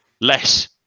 less